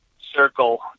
circle